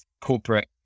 corporate